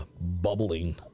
bubbling